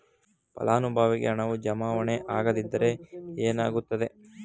ಫಲಾನುಭವಿಗೆ ಹಣವು ಜಮಾವಣೆ ಆಗದಿದ್ದರೆ ಏನಾಗುತ್ತದೆ?